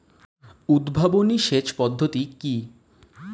উদ্ভাবনী সেচ পদ্ধতি কি?